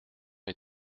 est